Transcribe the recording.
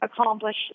accomplish